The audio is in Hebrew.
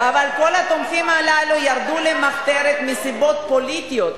באמת אבל כל התומכים הללו ירדו למחתרת מסיבות פוליטיות,